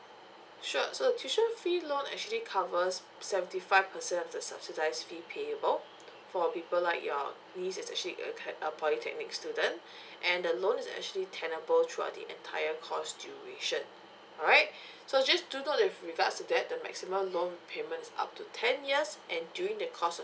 sure so the tuition fee loan actually covers seventy five percent of the subsidised fee payable for people like your niece is actually uh a polytechnic student and the loan is actually tenable throughout the entire course duration alright so just do note that with regards to that the maximum loan payment is up to ten years and during the course of